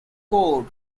code